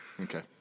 Okay